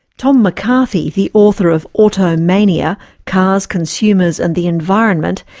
tom mccarthy, the author of auto mania cars, consumers, and the environment',